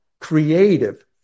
creative